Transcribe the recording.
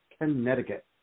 Connecticut